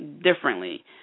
differently